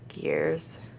gears